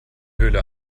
höhle